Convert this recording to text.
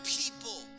people